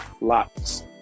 lots